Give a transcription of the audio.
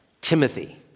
Timothy